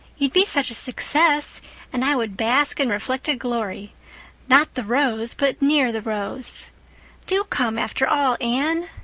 you'd be such a success and i would bask in reflected glory not the rose but near the rose do come, after all, anne.